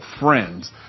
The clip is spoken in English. friends